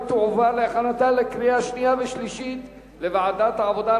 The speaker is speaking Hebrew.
ותועבר להכנתה לקריאה שנייה ושלישית לוועדת העבודה,